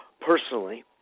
Personally